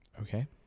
Okay